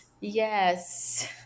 Yes